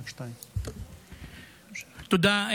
תודה,